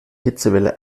hitzewelle